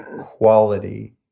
quality